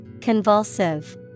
Convulsive